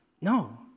No